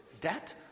debt